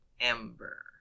Ember